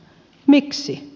miksi